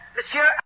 Monsieur